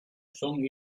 son